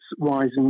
rising